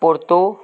porto